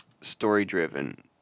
story-driven